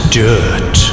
dirt